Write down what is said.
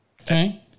Okay